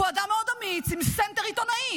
והוא אדם מאוד אמיץ עם סנטר עיתונאי.